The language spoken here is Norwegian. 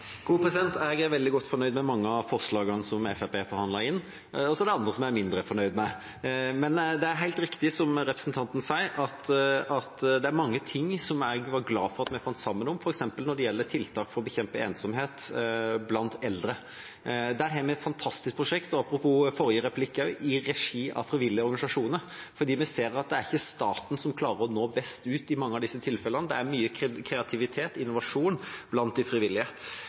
Jeg er veldig godt fornøyd med mange av forslagene som Fremskrittspartiet forhandlet inn, og så er det andre som jeg er mindre fornøyd med. Men det er helt riktig som representanten sier, det er mange ting som jeg var glad for at vi fant sammen om, f.eks. når det gjelder tiltak for å bekjempe ensomhet blant eldre. Der har vi et fantastisk prosjekt – apropos forrige replikk også – i regi av frivillige organisasjoner, fordi vi ser at det i mange av disse tilfellene ikke er staten som klarer å nå best ut. Det er mye kreativitet og innovasjon blant de frivillige.